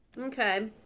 okay